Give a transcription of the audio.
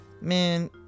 Man